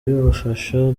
bifasha